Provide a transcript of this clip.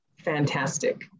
fantastic